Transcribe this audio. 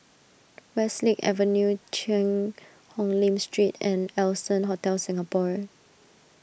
Westlake Avenue Cheang Hong Lim Street and Allson Hotel Singapore